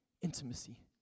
intimacy